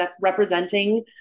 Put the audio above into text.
representing